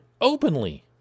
openly